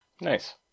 Nice